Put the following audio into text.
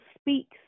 speaks